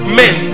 men